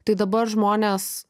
tai dabar žmonės